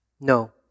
No